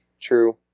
True